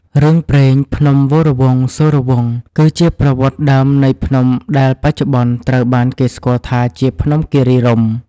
រឿងព្រេង ភ្នំវរវង្សសូរវង្ស គឺជាប្រវត្តិដើមនៃភ្នំដែលបច្ចុប្បន្នត្រូវបានគេស្គាល់ថាជា ភ្នំគិរីរម្យ។